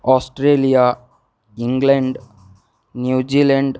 Australia England New Zealand